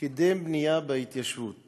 קידם בנייה בהתיישבות